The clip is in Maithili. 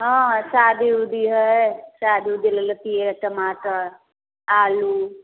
हँ शादी उदी हइ शादी उदीलए लेतिए टमाटर आलू